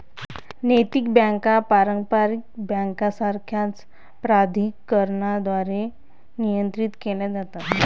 नैतिक बँका पारंपारिक बँकांसारख्याच प्राधिकरणांद्वारे नियंत्रित केल्या जातात